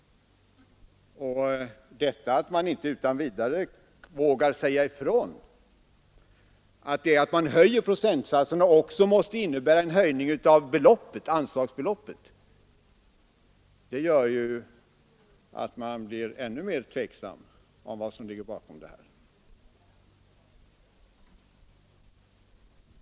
Detta att man inte utan vidare vågar säga ifrån att då procentsatserna höjs också anslagsbeloppet måste höjas gör att man blir ännu mer tveksam om vad som ligger bakom.